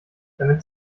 damit